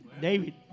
David